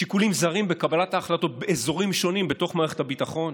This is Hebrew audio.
שיקולים זרים בקבלת ההחלטות באזורים שונים בתוך מערכת הביטחון?